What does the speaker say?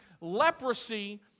leprosy